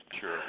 Sure